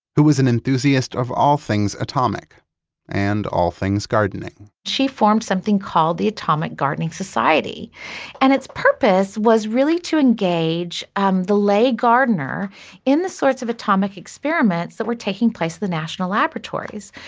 who was an enthusiast of all things atomic and all things gardening she formed something called the atomic gardening society and its purpose was really to engage um the lay gardener in the sorts of atomic experiments that were taking place in the national laboratories.